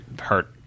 hurt